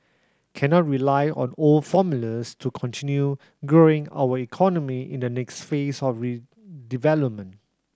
cannot rely on old formulas to continue growing our economy in the next phase of development